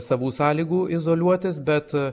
savų sąlygų izoliuotis bet